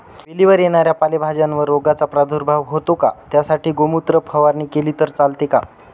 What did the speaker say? वेलीवर येणाऱ्या पालेभाज्यांवर रोगाचा प्रादुर्भाव होतो का? त्यासाठी गोमूत्र फवारणी केली तर चालते का?